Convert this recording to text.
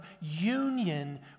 union